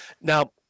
Now